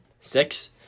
six